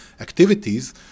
activities